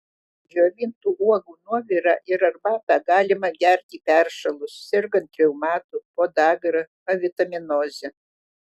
džiovintų uogų nuovirą ir arbatą galima gerti peršalus sergant reumatu podagra avitaminoze